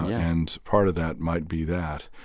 and part of that might be that.